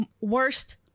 worst